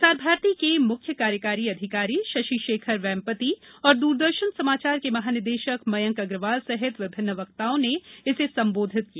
प्रसार भारती के मुख्य कार्यकारी अधिकारी शशि शेखर वैम्पती और द्रदर्शन समाचार के महानिदेशक मयंक अग्रवाल सहित विभिन्न वक्ताओं ने संबोधित किया